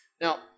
now